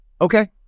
Okay